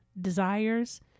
desires